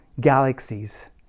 galaxies